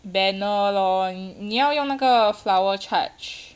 banner lor 你要用那个 flower charge